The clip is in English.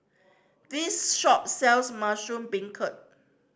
this shop sells mushroom beancurd